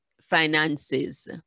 finances